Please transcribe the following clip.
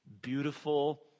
beautiful